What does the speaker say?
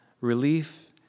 relief